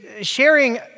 sharing